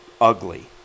ugly